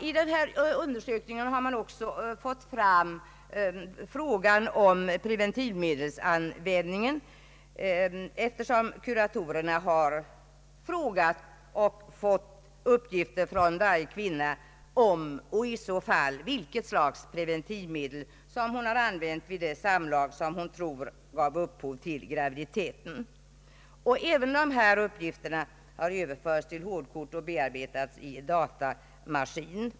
I denna undersökning har också ingått frågan om preventivmedlens användning, eftersom kuratorerna har fått uppgifter från varje kvinna om hon använt preventivmedel — och i så fall av vilket slag — vid det samlag som hon tror gav upphov till graviditeten. även dessa uppgifter har överförts till hålkort och bearbetats av datamaskin.